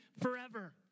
forever